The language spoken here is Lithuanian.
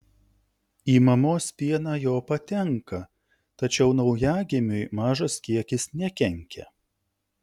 į mamos pieną jo patenka tačiau naujagimiui mažas kiekis nekenkia